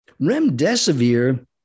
Remdesivir